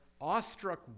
awestruck